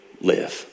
live